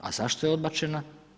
A zašto je odbačena?